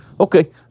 Okay